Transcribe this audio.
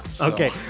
okay